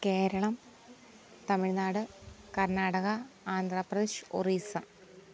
Keralam Tamil Nadu Karnataka Andhra Pradesh Orissa